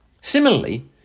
Similarly